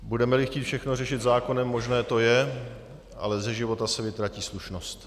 Budemeli chtít všechno řešit zákonem, možné to je, ale ze života se vytratí slušnost.